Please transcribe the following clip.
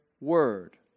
word